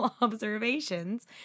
observations